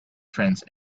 fence